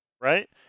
right